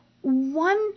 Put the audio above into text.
one